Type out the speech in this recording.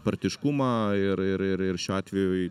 partiškumą ir ir ir ir šiuo atvejui